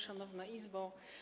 Szanowna Izbo!